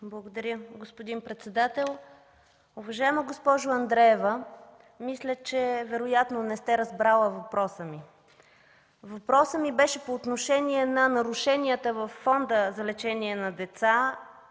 Благодаря, господин председател. Уважаема госпожо Андреева, мисля, че вероятно не сте разбрала въпроса ми. Въпросът ми беше по отношение на нарушенията във Фонда за лечение на деца